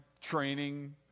training